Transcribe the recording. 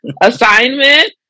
assignment